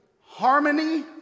harmony